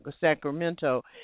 Sacramento